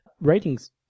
ratings